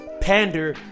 pander